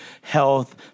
health